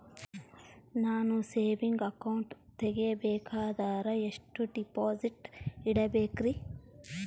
ನಾನು saving account ತೆಗಿಬೇಕಂದರ ಎಷ್ಟು ಡಿಪಾಸಿಟ್ ಇಡಬೇಕ್ರಿ?